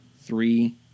Three